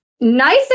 Nice